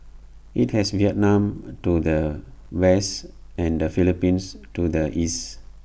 IT has Vietnam to the west and the Philippines to the east